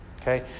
Okay